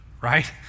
right